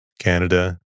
Canada